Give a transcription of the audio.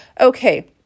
okay